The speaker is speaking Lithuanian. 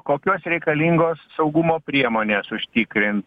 kokios reikalingos saugumo priemonės užtikrin